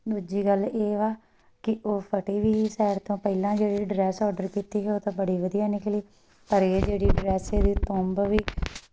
ਦੂਜੀ ਗੱਲ ਇਹ ਵਾ ਕਿ ਉਹ ਫਟੀ ਵੀ ਸੀ ਸਾਈਡ ਤੋਂ ਪਹਿਲਾਂ ਜਿਹੜੀ ਡਰੈੱਸ ਔਡਰ ਕੀਤੀ ਸੀ ਉਹ ਤਾਂ ਬੜੀ ਵਧੀਆ ਨਿਕਲੀ ਪਰ ਇਹ ਜਿਹੜੀ ਡਰੈੱਸ ਇਹਦੀ ਤੁੰਬ ਵੀ